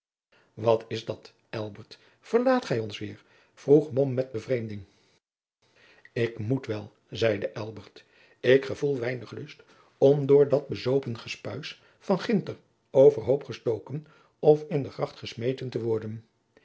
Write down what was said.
wat is dat elbert verlaat gij ons weêr vroeg mom met bevreemding ik moet wel zeide elbert ik gevoel weinig lust om door dat bezopen gespuis van ginter overhoop gestoken of in de gracht gesmeten te worden